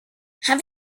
have